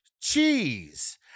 cheese